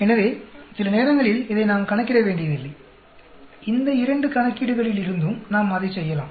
எனவே சில நேரங்களில் இதை நாம் கணக்கிட வேண்டியதில்லை இந்த இரண்டு கணக்கீடுகளிலிருந்தும் நாம் அதைச் செய்யலாம்